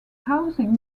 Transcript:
housing